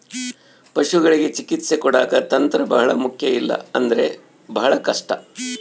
ಪಶುಗಳಿಗೆ ಚಿಕಿತ್ಸೆ ಕೊಡಾಕ ತಂತ್ರ ಬಹಳ ಮುಖ್ಯ ಇಲ್ಲ ಅಂದ್ರೆ ಬಹಳ ಕಷ್ಟ